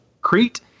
Crete